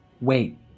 Wait